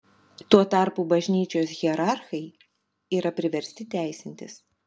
tuo tarpu bažnyčios hierarchai yra priversti teisintis